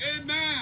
Amen